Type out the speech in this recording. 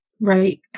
right